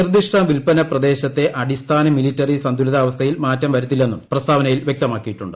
നിർദ്ദിഷ്ട വിൽപ്പന പ്രദേശത്തെ അടിസ്ഥാന മിലിറ്ററി സന്തുലിതാവസ്ഥയിൽ മാറ്റം വരുത്തില്ലെന്നും പ്രസ്താവനയിൽ വ്യക്തമാക്കിയിട്ടുണ്ട്